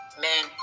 man